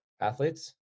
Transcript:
athletes